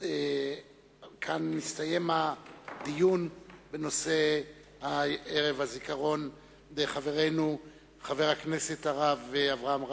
כאן מסתיים הדיון בנושא ערב הזיכרון לחברנו חבר הכנסת הרב אברהם רביץ,